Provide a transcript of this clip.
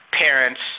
parents